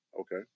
Okay